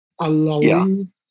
allowing